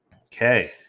Okay